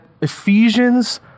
Ephesians